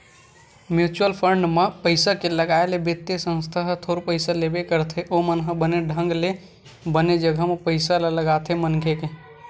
mutual fund म पइसा के लगाए ले बित्तीय संस्था ह थोर पइसा लेबे करथे ओमन ह बने ढंग ले बने जघा म पइसा ल लगाथे मनखे के